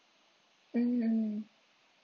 mm mm